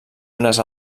unes